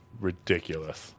ridiculous